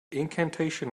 incantation